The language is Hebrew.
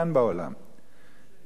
אני לא רוצה להביא דוגמאות מספרים.